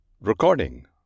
Recording